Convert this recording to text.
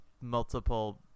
multiple